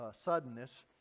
suddenness